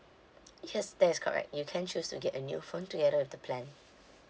yes that is correct you can choose to get a new phone together with the plan